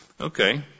Okay